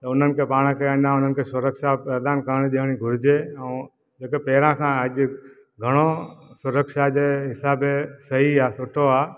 उन्हनि खे पाण खे अञा उन्हनि खे सुरक्षा प्रदान करणु ॾियणी घुरिजे ऐं अॼु पहिरियां खां घणो सुरक्षा जे हिसाब सही आहे सुठो आहे